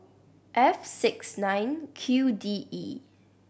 F six nine Q D E